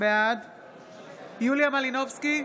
בעד יוליה מלינובסקי,